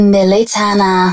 Militana